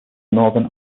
northern